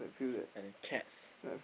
and cats